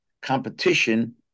competition